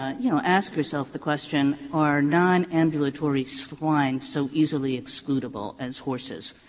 you know, ask yourself the question are nonambulatory swine so easily excludable as horses.